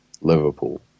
Liverpool